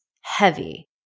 heavy